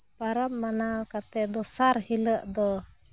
ᱯᱚᱨᱚᱵᱽ ᱢᱟᱱᱟᱣ ᱠᱟᱛᱮ ᱫᱚᱥᱟᱨ ᱦᱤᱞᱳᱜ ᱫᱚ